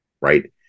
right